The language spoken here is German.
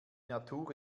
natur